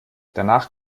danach